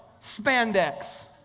Spandex